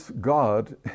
God